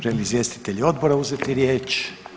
Želi li izvjestitelj odbora uzeti riječ?